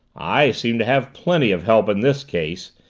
i seem to have plenty of help in this case!